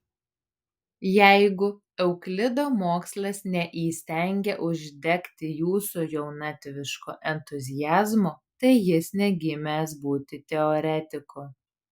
jeigu euklido mokslas neįstengė uždegti jūsų jaunatviško entuziazmo tai jis negimęs būti teoretiku